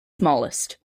smallest